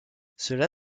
cela